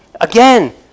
Again